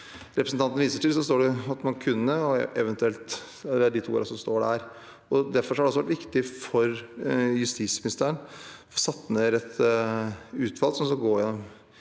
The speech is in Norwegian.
representanten viser til, står det «kunne» og «eventuelt» – det er de to ordene som står der. Derfor har det også vært viktig for justisministeren å få satt ned et utvalg som skal gå igjennom